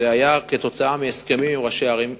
אלא כתוצאה מהסכמים עם ראשי ערים קודמים.